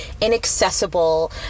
inaccessible